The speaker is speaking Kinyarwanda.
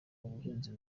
ubuhinzi